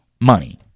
money